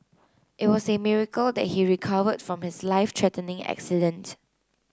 it was a miracle that he recovered from his life threatening accident